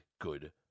good